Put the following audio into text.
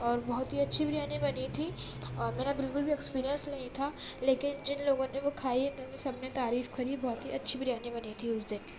اور بہت ہی اچھی بریانی بنی تھی اور میرا بالکل بھی ایکسپیرئنس نہیں تھا لیکن جن لوگوں نے وہ کھائی انہوں نے سب نے تعریف کری بہت ہی اچھی بریانی بنی تھی اس دن